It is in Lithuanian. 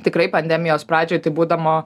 tikrai pandemijos pradžioj tai būdamo